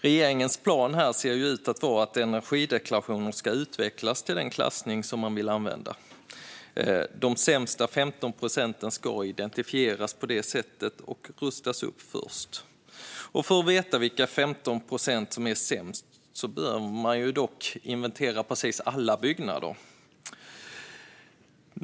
Regeringens plan ser ut att vara att energideklarationerna ska utvecklas till den klassning som man vill använda. De sämsta 15 procenten ska identifieras på det sättet och rustas upp först. För att veta vilka 15 procent som är sämst behöver man dock inventera alla byggnader.